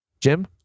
Jim